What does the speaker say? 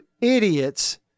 idiots